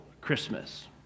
Christmas